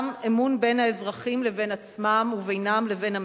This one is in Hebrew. אמון בין האזרחים לבין עצמם ובינם לבין הממשלה,